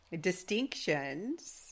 distinctions